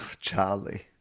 Charlie